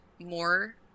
more